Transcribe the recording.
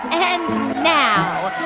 and now